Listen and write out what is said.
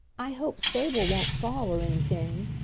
i hope sable won't fall or anything.